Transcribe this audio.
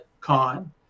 con